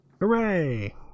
Hooray